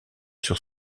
sur